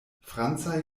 francaj